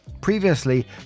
Previously